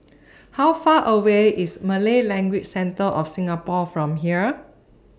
How Far away IS Malay Language Centre of Singapore from here